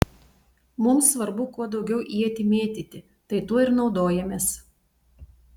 mums svarbu kuo daugiau ietį mėtyti tai tuo ir naudojamės